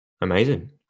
Amazing